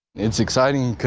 it's exciting